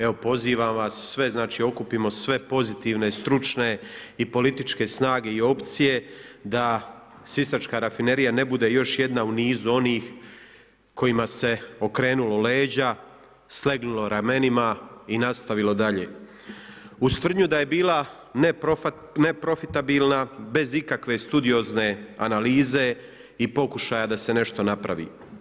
Evo pozivam vas sve okupimo sve pozitivne stručne i političke snage i opcije da Sisačka rafinerija ne bude još jedna u niz onih kojima se okrenulo leđa, slegnulo ramenima i nastavilo dalje uz tvrdnju da je bila neprofitabilna bez ikakve studiozne analize i pokušaja da se nešto napravi.